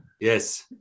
Yes